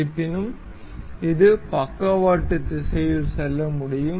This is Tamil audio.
இருப்பினும் இது பக்கவாட்டு திசையில் செல்ல முடியும்